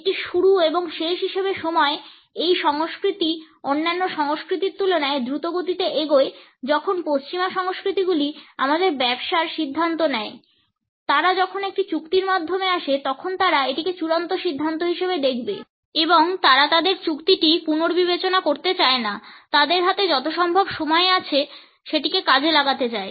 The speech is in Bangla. একটি শুরু এবং শেষ হিসাবে সময় এই সংস্কৃতি অন্যান্য সংস্কৃতির তুলনায় দ্রুত গতিতে এগোয় যখন পশ্চিমা সংস্কৃতিগুলি আমাদের ব্যবসার সিদ্ধান্ত নেয় তারা যখন একটি চুক্তির মাধ্যমে আসে তখন তারা এটিকে চূড়ান্ত সিদ্ধান্ত হিসাবে দেখবে এবং তারা তাদের চুক্তিটি পুনর্বিবেচনা করতে চায় না তাদের হাতে যতসম্ভব সময় আছে সেটিকে কাজে লাগতে চায়